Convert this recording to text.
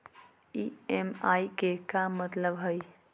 EMI के का मतलब हई?